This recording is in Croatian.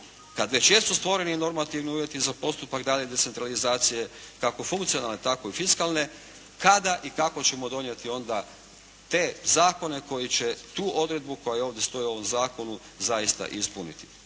kad već jesu stvoreni normativni uvjeti za postupak daljnje decentralizacije kako funkcionalne tako i fiskalne. Kada i kako ćemo onda donijeti te zakone koji će tu odredbu koja ovdje stoji u ovom zakonu zaista i ispuniti?